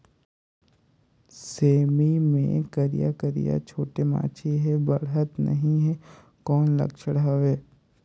सेमी मे करिया करिया छोटे माछी हे बाढ़त नहीं हे कौन लक्षण हवय?